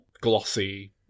glossy